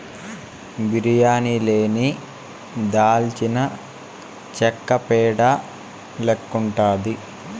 బిర్యానీ లేని దాల్చినచెక్క పేడ లెక్కుండాది